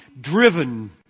driven